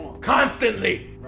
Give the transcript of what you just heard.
Constantly